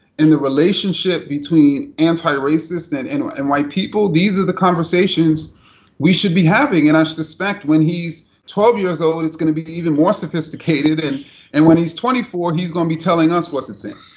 and the relationship between antiracist and and white people. these are the conversations we should be having, and i suspect when he's twelve years old, it's going to be even more sophisticated, and and when he's twenty four, he's going to be telling us what to think.